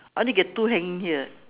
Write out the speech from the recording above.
I only get two hanging here